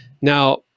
Now